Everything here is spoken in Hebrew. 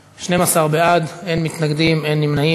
מס' 62) (הטרדת מוקד חירום),